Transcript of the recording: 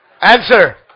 Answer